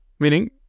Meaning